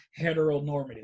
heteronormative